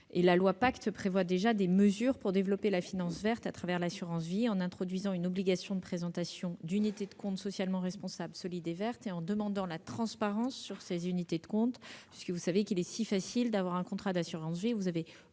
La loi Pacte prévoit déjà des mesures pour développer la finance verte par le biais de l'assurance vie, en introduisant une obligation de présentation d'unités de compte socialement responsables, solidaires et vertes, et en demandant la transparence sur ces unités de compte, clause nécessaire tant il est facile de rendre « vert » un contrat d'assurance vie